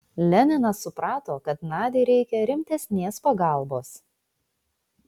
leninas suprato kad nadiai reikia rimtesnės pagalbos